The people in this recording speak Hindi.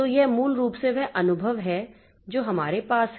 तो यह मूल रूप से वह अनुभव है जो हमारे पास है